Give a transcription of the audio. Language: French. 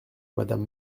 madame